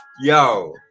yo